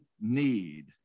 need